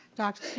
dr.